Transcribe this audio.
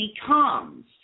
becomes